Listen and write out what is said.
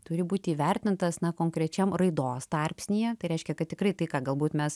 turi būti įvertintas na konkrečiam raidos tarpsnyje tai reiškia kad tikrai tai ką galbūt mes